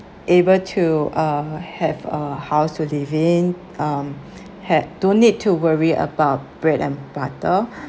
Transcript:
able to uh have a house to live in um had don't need to worry about bread and butter